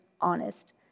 honest